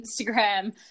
Instagram